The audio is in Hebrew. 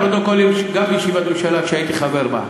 גם של ישיבת הממשלה שהייתי חבר בה,